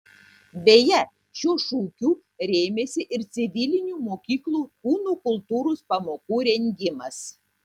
beje šiuo šūkiu rėmėsi ir civilinių mokyklų kūno kultūros pamokų rengimas